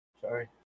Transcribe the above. Sorry